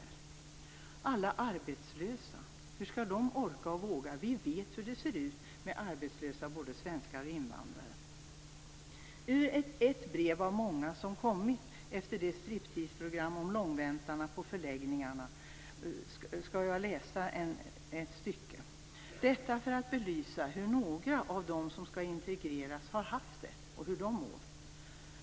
Hur skall alla arbetslösa orka och våga? Vi vet hur det ser ut bland de arbetslösa, både bland svenskar och invandrare. Jag skall läsa upp ett avsnitt ur ett brev av många som kommit efter Stripteaseprogrammet om långväntarna på förläggningarna. Jag återger det för att belysa hur några av dem som skall integreras har haft det och hur de mår.